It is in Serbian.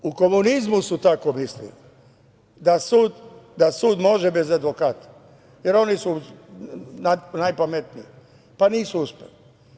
U komunizmu su tako mislili da sud može bez advokata, jer oni su najpametniji, pa nisu uspeli.